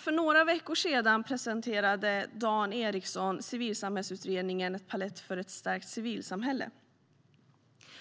För några veckor sedan presenterade Dan Eriksson civilsamhällesutredningen Palett för ett stärkt civilsamhälle ,